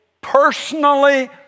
personally